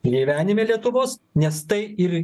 gyvenime lietuvos nes tai ir